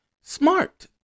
Smart